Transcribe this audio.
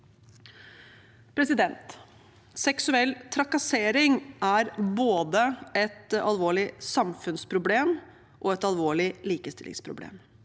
befolkningen. Seksuell trakassering er både et alvorlig samfunnsproblem og et alvorlig likestillingsproblem.